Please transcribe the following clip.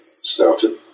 started